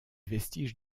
vestiges